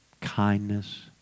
kindness